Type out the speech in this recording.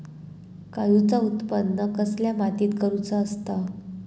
काजूचा उत्त्पन कसल्या मातीत करुचा असता?